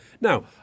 Now